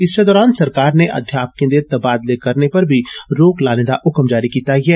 इस्से दौरान सरकार नै अध्यापके दे तबादले करने पर बी रोक लाने दा हुक्म जारी कीता ऐ